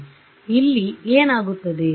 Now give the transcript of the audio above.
ಆದ್ದರಿಂದ ಇಲ್ಲಿ ಏನಾಗುತ್ತದೆ